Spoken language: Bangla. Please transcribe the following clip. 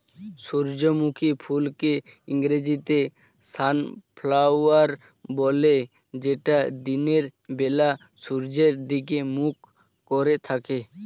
সূর্যমুখী ফুলকে ইংরেজিতে সানফ্লাওয়ার বলে যেটা দিনের বেলা সূর্যের দিকে মুখ করে থাকে